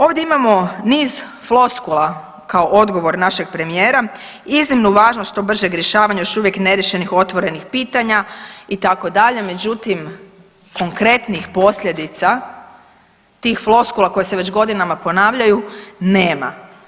Ovdje imamo niz floskula kao odgovor našeg premijera, iznimnu važnost što bržeg rješavanja još uvijek neriješenih otvorenih pitanja itd., međutim konkretnih posljedica tih floskula koje se već godinama ponavljaju nema.